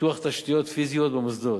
פיתוח תשתיות פיזיות במוסדות,